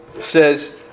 says